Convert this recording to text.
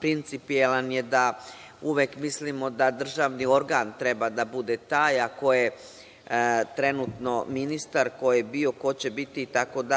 principijelan je da uvek mislimo da državni organ treba da bude taj, a ko je trenutno ministar, ko je bio, ko će biti, itd,